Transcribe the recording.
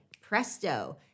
presto